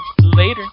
Later